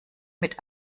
mit